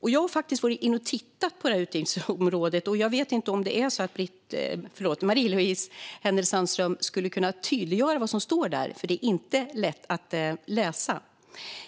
Jag har faktiskt varit inne och tittat på det utgiftsområdet. Jag vet inte om Marie-Louise Hänel Sandström skulle kunna tydliggöra vad som står där, för det är inte lätt att läsa.